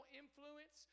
influence